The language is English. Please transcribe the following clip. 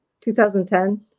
2010